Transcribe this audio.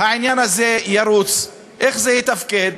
העניין הזה ירוץ, איך זה יתפקד,